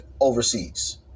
overseas